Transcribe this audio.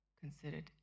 considered